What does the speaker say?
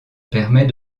permet